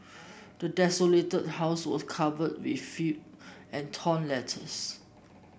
the desolated house was covered in filth and torn letters